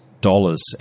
dollars